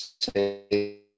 say